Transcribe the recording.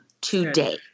today